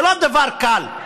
זה לא דבר קל.